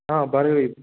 Bhargavi